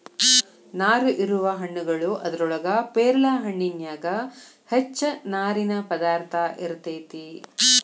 ನಾರು ಇರುವ ಹಣ್ಣುಗಳು ಅದರೊಳಗ ಪೇರಲ ಹಣ್ಣಿನ್ಯಾಗ ಹೆಚ್ಚ ನಾರಿನ ಪದಾರ್ಥ ಇರತೆತಿ